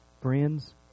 Friends